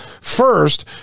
first